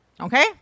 Okay